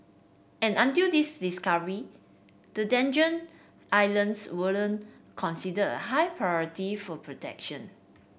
and until this discovery the Islands wasn't considered a high priority for protection